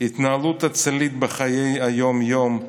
התנהלות אצילית בחיי היום-יום,